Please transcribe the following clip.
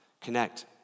connect